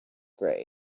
great